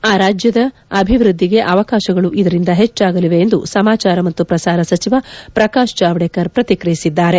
ಆ ರಾಜ್ಯದ ಅಬಿಒವೃದ್ದಿಗೆ ಅವಕಾಶಗಳು ಇದರಿಂದ ಹೆಚ್ಚಾಗಲಿವೆ ಎಂದು ಸಮಾಚಾರ ಮತ್ತು ಪ್ರಸಾರ ಸಚಿವ ಪ್ರಕಾಶ್ ಜಾವಡೇಕರ್ ಪ್ರತಿಕ್ರಿಯಿಸಿದ್ದಾರೆ